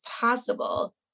possible